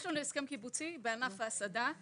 יש לנו הסכם קיבוצי בענף ההסעדה.